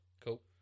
cool